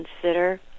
consider